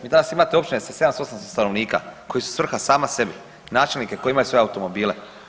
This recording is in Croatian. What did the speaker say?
Vi danas imate općine sa 700-800 stanovnika koji su svrha sami sebi, načelnike koji imaju svoje automobile.